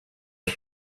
the